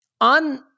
on